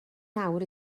nawr